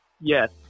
yes